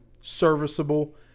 serviceable